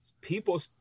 people